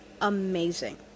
amazing